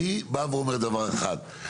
אני בא ואומר דבר אחד,